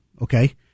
Okay